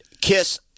kiss